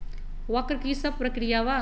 वक्र कि शव प्रकिया वा?